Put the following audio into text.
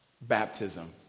baptism